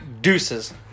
deuces